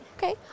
Okay